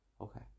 Okay